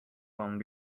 one